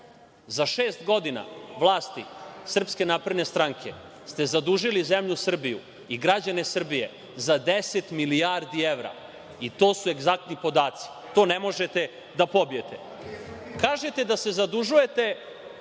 Za šest godina vlasti SNS ste zadužili zemlju Srbiju i građane Srbije za 10 milijardi evra i to su egzaktni podaci, to ne možete da pobijete. Kažete da se zadužujete